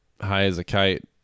high-as-a-kite